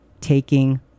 taking